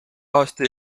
aasta